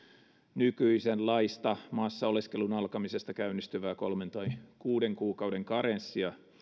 nykyisenlaista maassa oleskelun alkamisesta käynnistyvää kolmen tai kuuden kuukauden karenssia